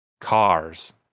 cars